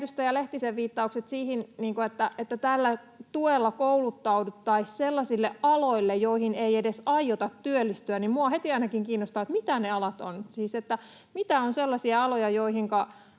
edustaja Lehtisen viittaukset siihen, että tällä tuella kouluttauduttaisiin sellaisille aloille, joihin ei edes aiota työllistyä, kiinnostaa minua ainakin heti, että mitä ne alat ovat. Siis mitkä ovat sellaisia aloja, joihinka